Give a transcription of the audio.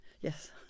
yes